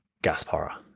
gasp, horror.